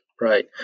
right